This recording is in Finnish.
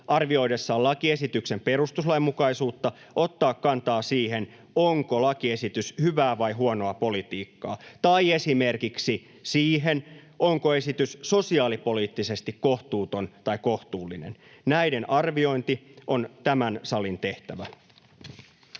arvioidessaan lakiesityksen perustuslainmukaisuutta ottaa kantaa siihen, onko lakiesitys hyvää vai huonoa politiikkaa, tai esimerkiksi siihen, onko esitys sosiaalipoliittisesti kohtuuton tai kohtuullinen. Näiden arviointi on tämän salin tehtävä.